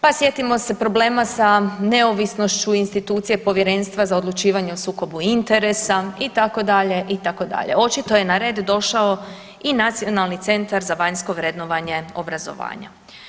Pa sjetimo se problema sa neovisnošću institucije Povjerenstva za odlučivanje o sukobu interesa itd., itd., očito je na red došao i Nacionalni centra za vanjsko vrednovanje obrazovanja.